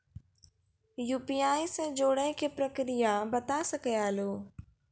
UPI से जुड़े के प्रक्रिया बता सके आलू है?